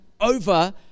over